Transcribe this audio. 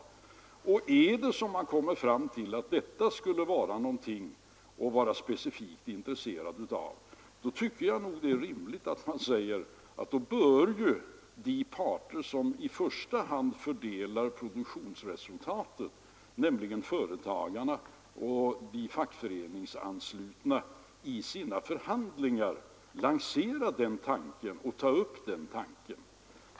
Kommer man fram till att detta är något att vara specifikt intresserad av så tycker jag att det är rimligt att de parter som i första hand fördelar produktionsresultatet, nämligen företagarna och de fackföreningsanslutna, i sina förhandlingar lanserar denna tanke.